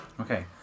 Okay